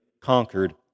conquered